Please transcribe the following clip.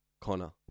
Connor